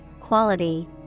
quality